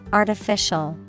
artificial